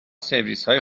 سرویسهای